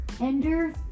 ender